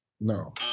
No